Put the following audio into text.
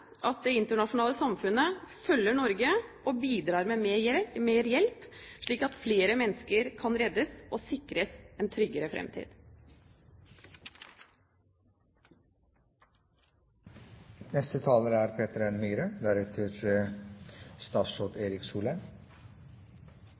at det internasjonale samfunnet følger Norge og bidrar med mer hjelp, slik at flere mennesker kan reddes og sikres en tryggere fremtid. Tv-kameraene er